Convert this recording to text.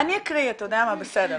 אתה יודע מה, בסדר.